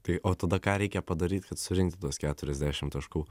tai o tada ką reikia padaryt kad surinkti tuos keturiasdešim taškų